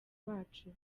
bacu